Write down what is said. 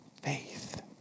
faith